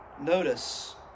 notice